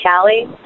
Callie